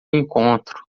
encontro